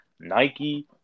Nike